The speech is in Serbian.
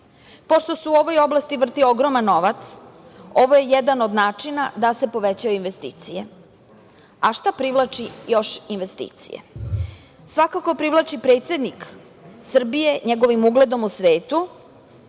se u ovoj oblasti vrti ogroman novac, ovo je jedan od načina da se povećaju investicije. Šta privlači još investicije? Svakako privlači predsednik Srbije njegovim ugledom u svetu